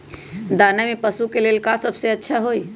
दाना में पशु के ले का सबसे अच्छा होई?